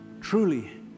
Truly